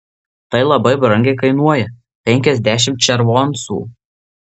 tai labai brangiai kainuoja penkiasdešimt červoncų